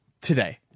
today